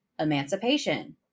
Emancipation